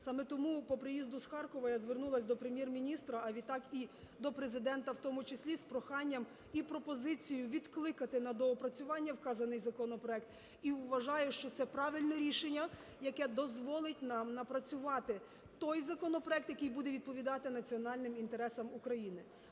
Саме тому про приїзду з Харкова, я звернулася до Прем'єр-міністра, а відтак і до Президента в тому числі з проханням і пропозицією відкликати на доопрацювання вказаний законопроект, і вважаю, що це правильне рішення, яке дозволить нам напрацювати той законопроект, який буде відповідати національним інтересам України.